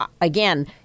again